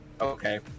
Okay